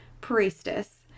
priestess